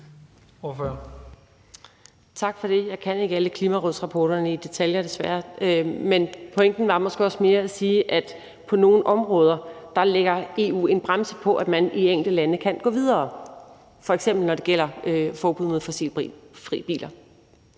Tak for det. Jeg kender desværre ikke alle Klimarådets rapporter i detaljer, men pointen var måske også mere at sige, at på nogle områder lægger EU en bremse på, at man i de enkelte lande kan gå videre, f.eks. når det gælder forbud mod biler, der